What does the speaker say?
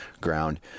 ground